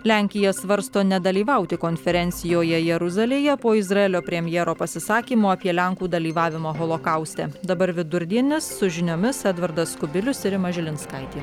lenkija svarsto nedalyvauti konferencijoje jeruzalėje po izraelio premjero pasisakymo apie lenkų dalyvavimą holokauste dabar vidurdienis su žiniomis edvardas kubilius ir rima žilinskaitė